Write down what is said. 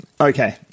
Okay